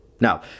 Now